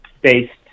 based